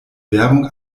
werbung